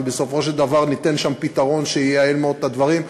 ובסופו של דבר ניתן שם פתרון שייעל מאוד את הדברים.